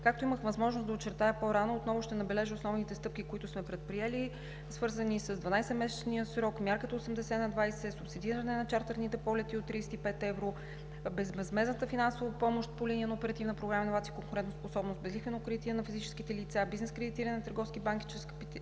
Както имах възможност да очертая по-рано, отново ще набележа основните стъпки, които сме предприели, свързани с 12 месечния срок – мярката 80/20, субсидирането на чартърните полети от 35 евро, безвъзмездната финансова помощ по линия на Оперативна програма „Иновации и конкурентоспособност“, безлихвеното кредитиране на физическите лица, бизнес кредитирането на търговски банки чрез капитализация